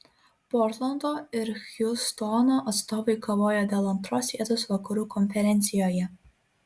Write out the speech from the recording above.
portlando ir hjustono atstovai kovoja dėl antros vietos vakarų konferencijoje